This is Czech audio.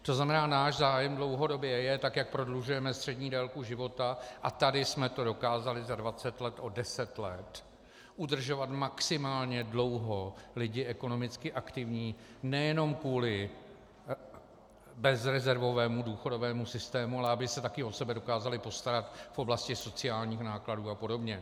To znamená, náš zájem dlouhodobě je, jak prodlužujeme střední délku života, a tady jsme to dokázali za 20 let o 10 let, udržovat maximálně dlouho lidi ekonomicky aktivní nejenom kvůli bezrezervovému důchodovému systému, ale aby se taky o sebe dokázali postarat v oblasti sociálních nákladů a podobně.